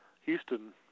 Houston